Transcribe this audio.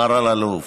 מר אלאלוף,